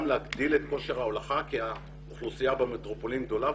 להגדיל את כושר ההולכה כי האוכלוסייה במטרופולין גדולה.